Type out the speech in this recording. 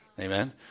Amen